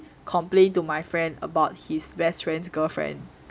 complain to my friend about his best friend's girlfriend